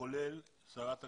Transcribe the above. כולל שרת הקליטה,